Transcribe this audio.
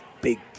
big